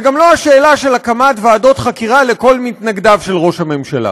וגם לא השאלה של הקמת ועדות חקירה לכל מתנגדיו של ראש הממשלה.